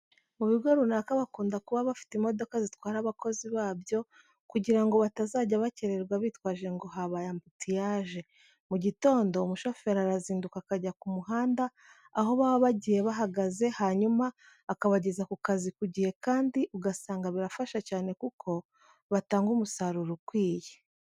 Mu bigo runaka bakunda kuba bafite imodoka zitwara abakozi babyo kugira ngo batazajya bakererwa bitwaje ngo habaye ambutiyaje. Mu gitondo umushoferi arazinduka akajya ku muhanda aho baba bagiye bahagaze, hanyuma akabageza ku kazi ku gihe kandi ugasanga birafasha cyane kuko batanga umusaruro ukwiye.